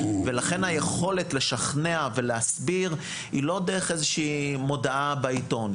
ולכן היכולת לשכנע ולהסביר היא לא דרך איזושהי מודעה בעיתון,